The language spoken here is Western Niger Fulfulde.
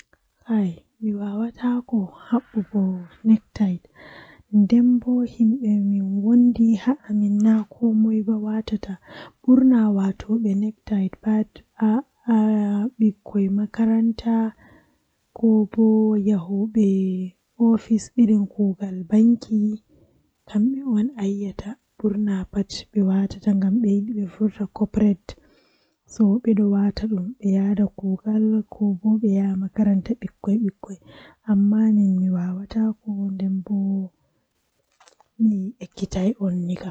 Ndikkinami mi wona haa ailan feere am ngam wawan tomi wadi sa'a mi tokki laabiiji mi munyi mi yari bone mi wawan mi hisa egaa bawo nden tomi hisi bo woodi kubaruuji duddi jei mi yeccata himbe mi hokka be habaru, Amma nganyo am tomidon wondi be maako mi wadan no o wattafu o laara o nawna mi malla o mbarami.